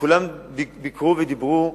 כולם ביקרו ודיברו,